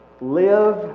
Live